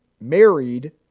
married